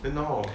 and now hor